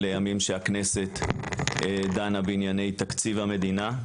אלו ימים שהכנסת דנה בענייני תקציב המדינה,